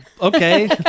okay